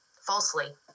falsely